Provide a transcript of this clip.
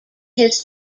his